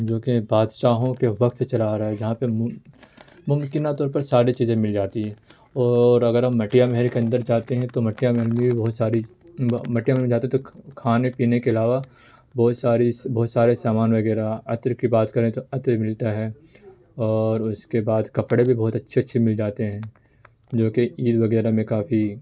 جوکہ بادشاہوں کے وقت سے چلا آ رہا ہے جہاں پہ مم ممکنہ طور پر ساری چیزیں مل جاتی ہیں اور اگر ہم مٹیا محل کے اندر جاتے ہیں تو مٹیا محل میں بھی بہت ساری مٹیا محل جاتے ہیں تو کھانے پینے کے علاوہ بہت ساری بہت سارے سامان وغیرہ عطر کی بات کریں تو عطر ملتا ہے اور اس کے بعد کپڑے بھی بہت اچھے اچھے مل جاتے ہیں جوکہ عید وغیرہ میں کافی